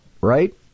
right